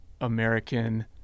American